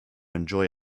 enjoy